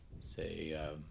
say